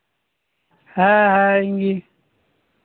ᱦᱮᱸ ᱦᱮᱸ ᱤᱧᱜᱮ